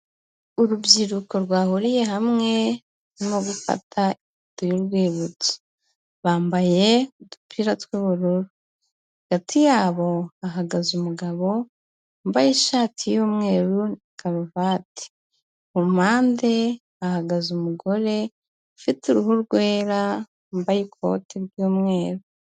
Urubyiruko rwahuriye hamwe no gufata ifoto y'urwibutso. Bambaye udupira tw'ubururu, hagati yabo hahagaze umugabo wambaye ishati y'umweru na karuvati. Mumpande hahagaze umugore ufite uruhu rwera wambaye ikote ry'umweru.